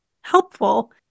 helpful